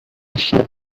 usa